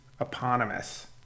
eponymous